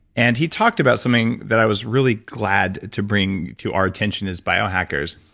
and he talked about something that i was really glad to bring to our attention as bio hackers,